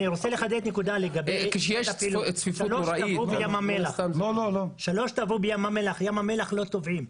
אני רוצה לחדד נקודה לגבי שלושה שטבעו בים המלח בים המלח לא טובעים.